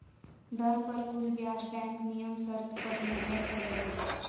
धन पर कुल ब्याज बैंक नियम शर्त पर निर्भर करो हइ